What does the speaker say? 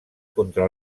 contra